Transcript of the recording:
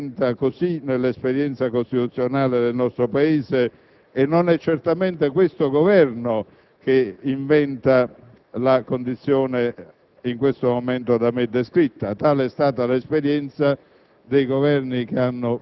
si rappresenta così nell'esperienza costituzionale del nostro Paese. Non è certamente questo Governo che inventa la condizione da me descritta in questo momento, tale è stata l'esperienza